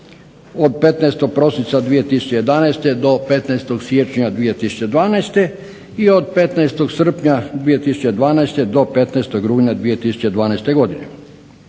od 15. Prosinca 2011. Do 15. Siječnja 2012. I od 15. Srpnja 2012. Do 15. Rujna 2012. Godine.